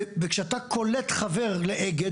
וכשאתה קולט חבר לאגד,